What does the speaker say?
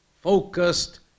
Focused